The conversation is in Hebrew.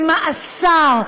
במאסר,